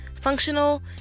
functional